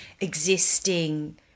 existing